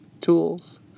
tools